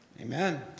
Amen